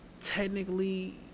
technically